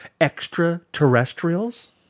extraterrestrials